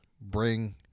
Bring